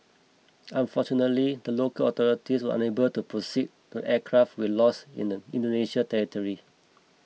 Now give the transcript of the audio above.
unfortunately the local authorities are unable to proceed the aircraft we lost in the Indonesia territory